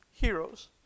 heroes